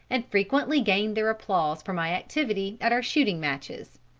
and frequently gained their applause for my activity, at our shooting matches.